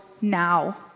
now